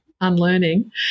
unlearning